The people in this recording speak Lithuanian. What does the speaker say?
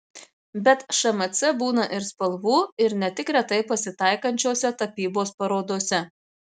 bet šmc būna ir spalvų ir ne tik retai pasitaikančiose tapybos parodose